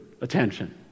attention